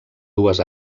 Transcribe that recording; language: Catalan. dues